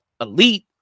elite